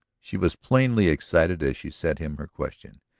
she was plainly excited as she set him her question,